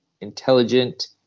intelligent